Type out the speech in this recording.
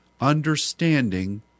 understanding